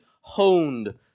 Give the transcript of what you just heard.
honed